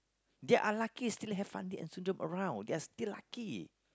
ya unlucky still have Fandi and Sundram around they are still lucky